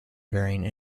varying